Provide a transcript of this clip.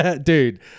Dude